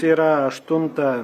yra aštuntą